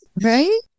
Right